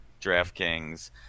DraftKings